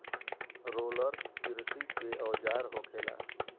roller किरसी के औजार होखेला